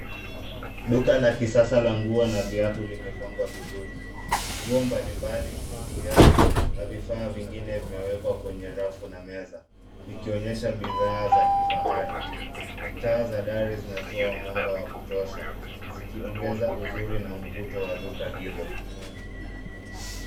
Duka la kisasa la nguo na viatu limepangwa vizuri. Nguo mbali mbali, viatu, na vifaa vingine vimewekwa kwenye rafu na meza, vikionyesha bidhaa za kifahari. Taa za dari zinatoa mwanga wa kutosha, zikiongeza uzuri na mvuto wa duka hilo.